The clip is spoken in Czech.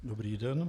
Dobrý den.